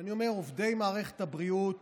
אני אומר, עובדי מערכת הבריאות